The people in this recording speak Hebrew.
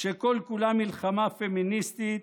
שכל-כולה מלחמה פמיניסטית,